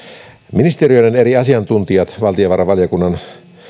ministeriöiden eri asiantuntijat valtiovarainvaliokunnan